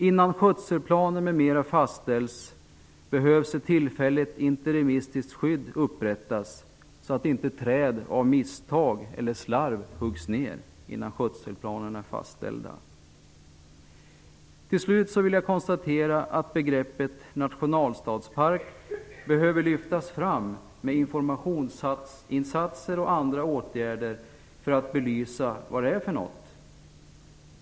Innan skötselplaner m.m. fastställs behövs ett tillfälligt interimistiskt skydd upprättas så att inte träd av misstag eller slarv huggs ner innan skötselplanerna är fastställda. Jag kan slutligen konstatera att begreppet nationalstadspark behöver lyftas fram med informationsinsatser och andra åtgärder för att belysa vad det är för något.